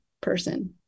person